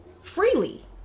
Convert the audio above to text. freely